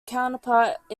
counterpart